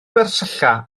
gwersylla